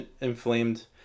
inflamed